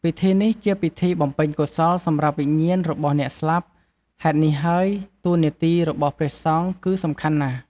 ពិធីនេះ ជាពិធីបំពេញកុសលសម្រាប់វិញ្ញាណរបស់អ្នកស្លាប់ ហេតុនេះហើយតួនាទីរបស់ព្រះសង្ឃគឺសំខាន់ណាស់។